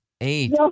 Eight